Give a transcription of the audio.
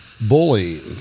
bullying